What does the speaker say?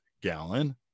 gallon